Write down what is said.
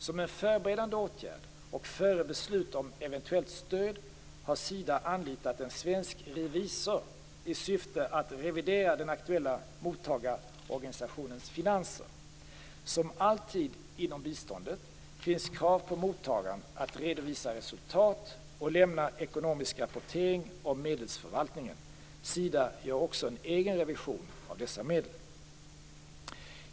Som en förberedande åtgärd och före beslut om eventuellt stöd har Sida anlitat en svensk revisor i syfte att revidera den aktuella mottagarorganisationens finanser. Som alltid inom biståndet finns krav på mottagaren att redovisa resultat och lämna ekonomisk rapportering om medelsförvaltningen. Sida gör också en egen revision av dessa medel.